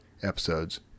episodes